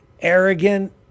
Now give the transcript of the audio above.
arrogant